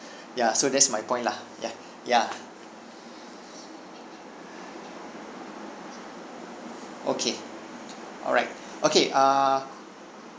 ya so that's my point lah ya ya okay alright okay err